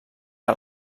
que